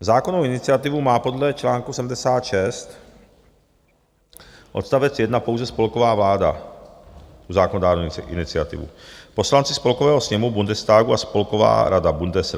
Zákonnou iniciativu má podle čl. 76, odst. 1 pouze spolková vláda, tu zákonodárnou iniciativu, poslanci Spolkového sněmu, Bundestagu, a Spolková rada, Bundesrat.